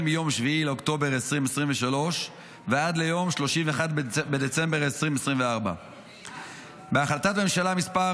מיום 7 באוקטובר 2023 ועד ליום 31 בדצמבר 2024. בהחלטת ממשלה מס'